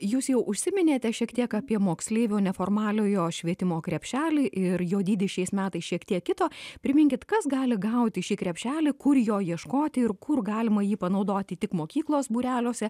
jūs jau užsiminėte šiek tiek apie moksleivių neformaliojo švietimo krepšelį ir jo dydis šiais metais šiek tiek kito priminkit kas gali gauti šį krepšelį kur jo ieškoti ir kur galima jį panaudoti tik mokyklos būreliuose